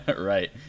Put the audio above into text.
Right